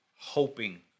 Hoping